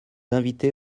invités